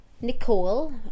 nicole